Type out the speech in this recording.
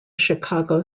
chicago